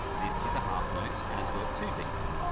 this is a half note, and it's worth two beats.